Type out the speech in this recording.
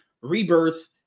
rebirth